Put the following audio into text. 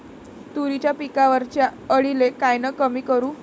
तुरीच्या पिकावरच्या अळीले कायनं कमी करू?